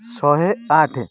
ଶହେ ଆଠେ